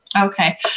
Okay